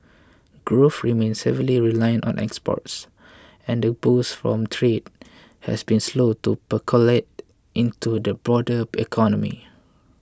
growth remains heavily reliant on exports and the boost from trade has been slow to percolate into the broader economy